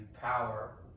power